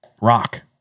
rock